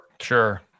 Sure